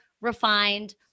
refined